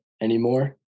anymore